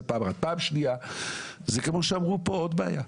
דבר שני, כמו שאמרו פה, יש עוד בעיה.